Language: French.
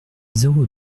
zéro